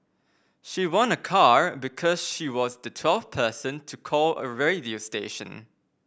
she won a car because she was the twelfth person to call a radio station